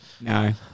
No